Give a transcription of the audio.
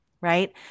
Right